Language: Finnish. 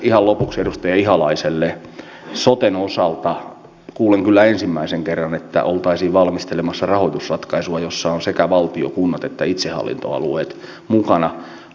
ja lopuksi edustaja ihalaiselle osuuteen osalta kuulin kyllä ensimmäisen kerran että oltaisiin yksinkertaisena syynähän tilanteeseen on tämä suomen vakava taloudellinen tilanne